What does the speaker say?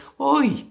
Oi